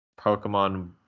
Pokemon